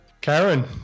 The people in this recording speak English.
Karen